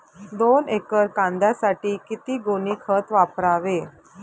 दोन एकर कांद्यासाठी किती गोणी खत वापरावे?